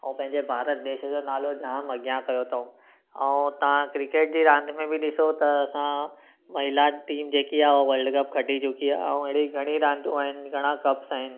ऐं पंहिंजे भारत देश जो नालो जाम अॻियां कयो अथऊं ऐं तव्हां क्रिकेट जी रांदि में बि ॾिसो त असां महिला टीम जेकि आहे उहा वल्ड कप खटी चुकी आहे ऐं अहिड़ी घणी रांदियूं आहिनि घणा कप्स आहिनि